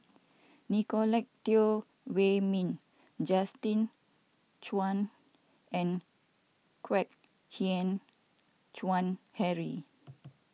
Nicolette Teo Wei Min Justin Zhuang and Kwek Hian Chuan Henry